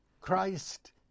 Christ